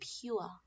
pure